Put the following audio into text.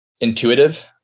Intuitive